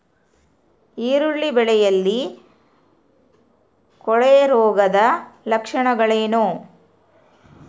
ಈರುಳ್ಳಿ ಬೆಳೆಯಲ್ಲಿ ಕೊಳೆರೋಗದ ಲಕ್ಷಣಗಳೇನು?